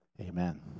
Amen